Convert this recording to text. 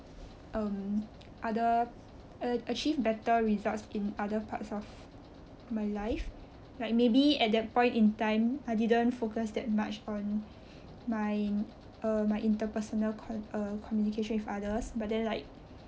um other a~ achieve better results in other parts of my life like maybe at that point in time I didn't focus that much on my uh my interpersonal co~ uh communication with others but then like